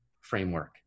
framework